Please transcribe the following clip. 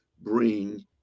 bring